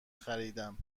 خریدم